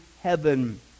heaven